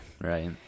Right